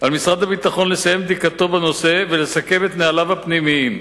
"על משרד הביטחון לסיים בדיקתו בנושא ולסכם את נהליו הפנימיים.